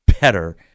better